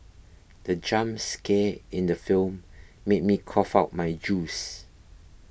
the jump scare in the film made me cough out my juice